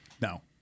No